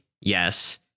yes